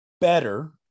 better